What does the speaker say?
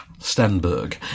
Stenberg